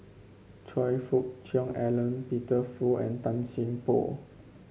Choe Fook Cheong Alan Peter Fu and Tan Seng Poh